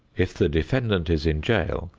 if the defendant is in jail,